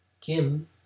Kim